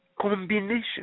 Combination